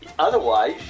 Otherwise